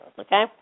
okay